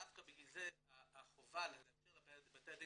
דווקא בגלל זה החובה לאפשר לבתי הדין